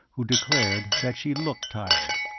who declared that she looked tired.